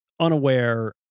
unaware